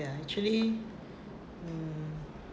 ya actually mm